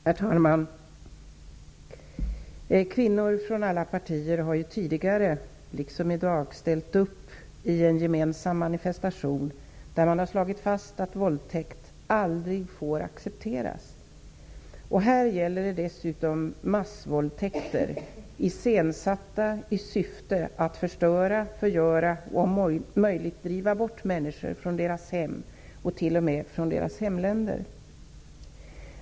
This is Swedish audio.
Herr talman! Kvinnor från alla partier har ju tidigare, liksom sker i dag, ställt upp för en gemensam manifestation, varvid det slagits fast att våldtäkt aldrig får accepteras. Här gäller det dessutom massvåldtäkter iscensatta i syfte att förstöra, förgöra och om möjligt driva bort människor från deras hem och t.o.m. från deras hemländer.